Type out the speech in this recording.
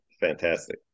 Fantastic